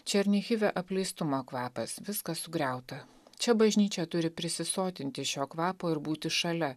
černychive apleistumo kvapas viskas sugriauta čia bažnyčia turi prisisotinti šio kvapo ir būti šalia